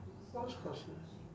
what's consi~